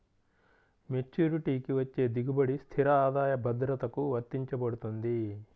మెచ్యూరిటీకి వచ్చే దిగుబడి స్థిర ఆదాయ భద్రతకు వర్తించబడుతుంది